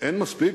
אין מספיק,